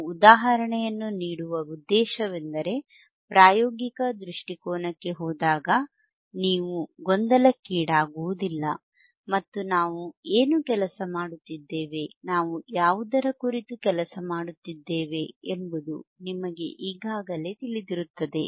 ನಾನು ಉದಾಹರಣೆಯನ್ನು ನೀಡುವ ಉದ್ದೇಶವೆಂದರೆ ಪ್ರಾಯೋಗಿಕ ದೃಷ್ಟಿಕೋನಕ್ಕೆ ಹೋದಾಗ ನೀವು ಗೊಂದಲಕ್ಕೀಡಾಗುವುದಿಲ್ಲ ಮತ್ತು ನಾವು ಏನು ಕೆಲಸ ಮಾಡುತ್ತಿದ್ದೇವೆ ನಾವು ಯಾವುದರ ಕುರಿತು ಕೆಲಸ ಮಾಡುತ್ತಿದ್ದೇವೆ ಎಂಬುದು ನಿಮಗೆ ಈಗಾಗಲೇ ತಿಳಿದಿರುತ್ತದೆ